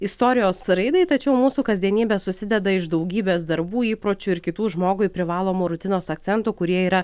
istorijos raidai tačiau mūsų kasdienybė susideda iš daugybės darbų įpročių ir kitų žmogui privalomų rutinos akcentų kurie yra